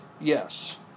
Yes